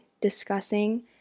discussing